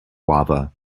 lava